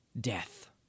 death